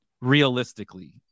realistically